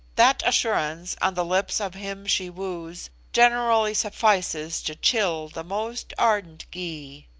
that assurance on the lips of him she woos generally suffices to chill the most ardent gy.